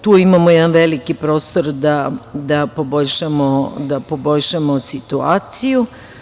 Tu imamo jedan veliki prostor da poboljšamo situaciju.